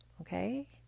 okay